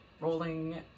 rolling